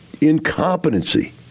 Incompetency